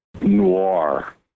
noir